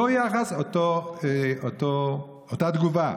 אותו יחס, אותה תגובה.